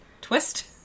twist